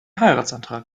heiratsantrag